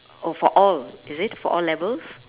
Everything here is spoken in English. oh for all is it for all levels